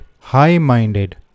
high-minded